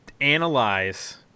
analyze